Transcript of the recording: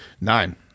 Nine